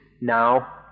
now